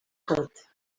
tot